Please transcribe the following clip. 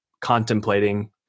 contemplating